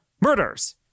murders